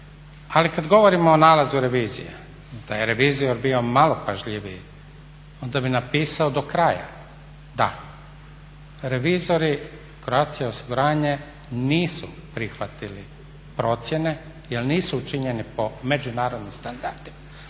Ali kad govorimo o nalazu revizije, da je revizor bio malo pažljiviji onda bi napisao do kraja, da revizori Croatia osiguranje nisu prihvatili procjene jer nisu učinjene po međunarodnim standardima.